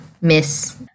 miss